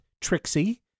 Trixie